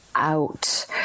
out